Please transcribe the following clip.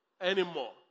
anymore